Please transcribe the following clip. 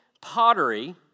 pottery